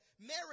marriage